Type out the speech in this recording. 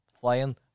Flying